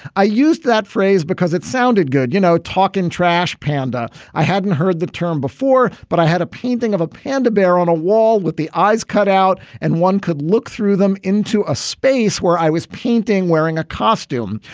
i use that phrase because it sounded good. you know, talking trash panda. i hadn't heard the term before, but i had a painting of a panda bear on a wall with the eyes cut out and one could look through them into a space where i was painting, wearing a costume.